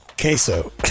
queso